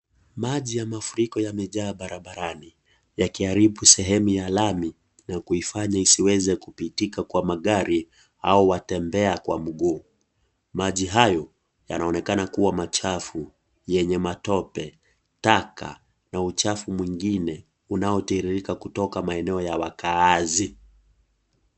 Maji ya mafuriko yamejaa barabarani, yakiharibu sehemu ya lami na kuifanya isiweze kupitika kwa magari au watembea kwa mguu, maji hayo yanaonekana kuwa machafu, yenye matope, taka na uchafu mwingine unaotiririka kutoka maeneo ya wakaazi.